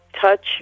touch